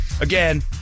again